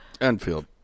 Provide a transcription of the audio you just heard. Enfield